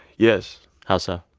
yes how so?